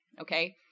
okay